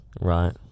Right